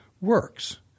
works